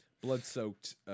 blood-soaked